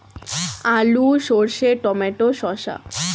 আলু সর্ষে টমেটো শসা